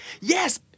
Yes